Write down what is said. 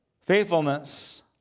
Faithfulness